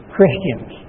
Christians